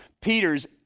Peter's